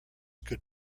could